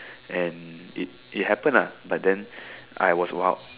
and it it happened lah but then I was